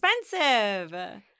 expensive